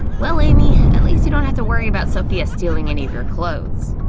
well, amy, at least you don't have to worry about sophia stealing any of your clothes!